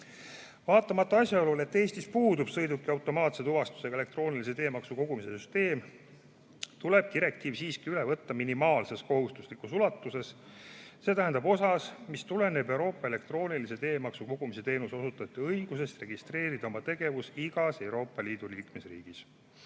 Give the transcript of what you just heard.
asjaolule, et Eestis puudub sõiduki automaatse tuvastusega elektroonilise teemaksu kogumise süsteem, tuleb direktiiv siiski üle võtta minimaalses kohustuslikus ulatuses, st osas, mis tuleneb Euroopa elektroonilise teemaksu kogumise teenuseosutajate õigusest registreerida oma tegevus igas Euroopa Liidu liikmesriigis.